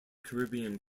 caribbean